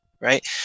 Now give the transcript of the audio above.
right